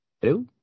Hello